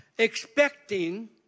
Expecting